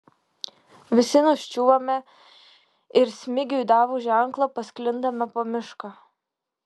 visi nuščiūvame ir smigiui davus ženklą pasklindame po mišką